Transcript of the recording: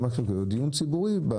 זה דיון ציבורי.